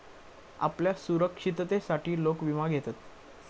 आपल्या सुरक्षिततेसाठी लोक विमा घेतत